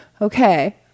okay